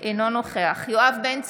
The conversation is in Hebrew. אינו נוכח יואב בן צור,